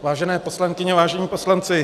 Vážené poslankyně, vážení poslanci.